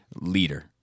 leader